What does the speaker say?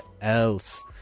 else